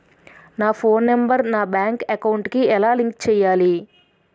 నా phone number నా bank account కి ఎలా లింక్ చేయాలి?